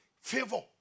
Favor